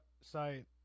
site